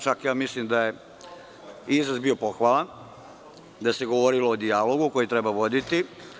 Čak mislim da je izraz bio pohvalan, da se govorilo o dijalogu koji treba voditi.